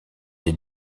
des